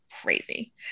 crazy